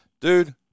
dude